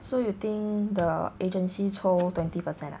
so you think the agency 抽 twenty percent ah